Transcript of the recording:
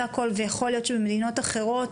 יכול להיות שבמדינות אחרות,